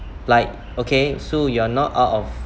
like okay so you're not out of